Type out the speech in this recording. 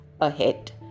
ahead